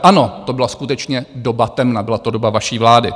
Ano, to byla skutečně doba temna, byla to doba vaší vlády.